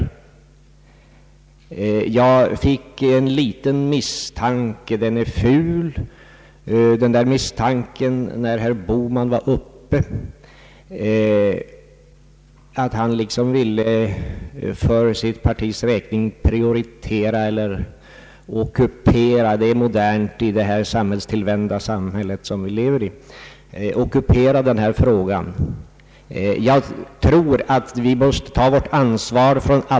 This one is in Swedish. Jag fick en liten misstanke — den är kanske ful — när herr Bohman talade, att han liksom för sitt partis räkning ville ockupera denna fråga. Ockupation är ju modernt i det samhälle vi lever i. Emellertid: alla partier måste ta sitt ansvar.